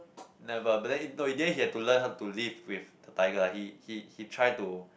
never but then in the end he had to learn how to live with the tiger lah he he he try to